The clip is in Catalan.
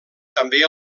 també